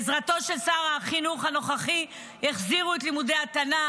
בעזרתו של שר החינוך הנוכחי החזירו ביתר שאת את לימודי התנ"ך,